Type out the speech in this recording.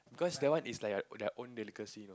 cause that one is like a their own delicacy